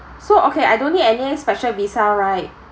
so okay I don't need any special visa right